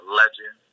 legend